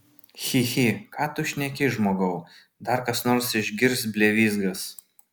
chi chi ką tu šneki žmogau dar kas nors išgirs blevyzgas